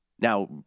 Now